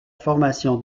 formation